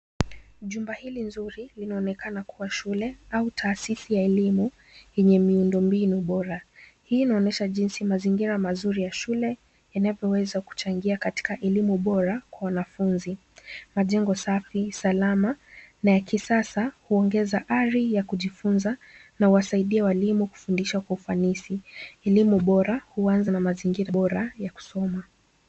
Jumba hili nzuri linaonekana kuwa shule au taasisi ya elimu yenye miundo mbinu bora. Hii inaonyesha jinsi mazingira ya shule, yanavyoweza kuchangia katika elimu bora kwa wanafunzi. Majengo safi salama na ya kisasa, huongeza ari ya kujifunza, na huwasaidia walimu kufundisha kwa ufanisi. Elimu bora, huanza na mazingira bora ya kusoma.